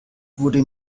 wurde